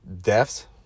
Deaths